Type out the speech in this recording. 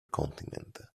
continent